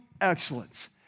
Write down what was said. excellence